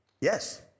Yes